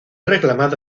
reclamado